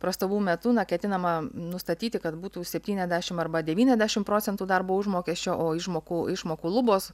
prastovų metu ketinama nustatyti kad būtų septyniasdešimt arba devyniasdešimt procentų darbo užmokesčio o išmokų išmokų lubos